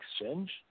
exchange